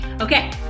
Okay